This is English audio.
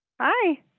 Hi